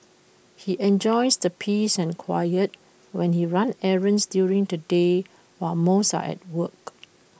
he enjoys the peace and quiet when he runs errands during the day while most are at work